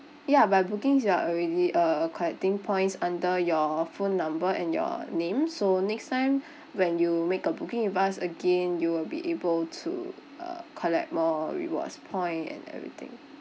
ya by bookings you are already uh collecting points under your phone number and your name so next time when you make a booking with us again you'll be able to uh collect more rewards point and everything